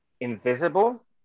invisible